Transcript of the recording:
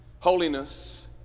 holiness